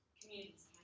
communities